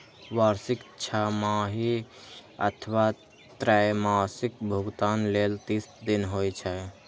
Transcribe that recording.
वार्षिक, छमाही अथवा त्रैमासिक भुगतान लेल तीस दिन होइ छै